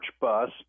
bus